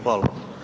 Hvala.